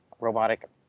robotic